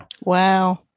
Wow